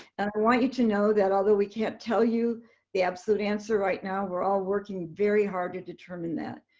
and i want you to know that, although we can't tell you the absolute answer right now, we're all working very hard to determine that.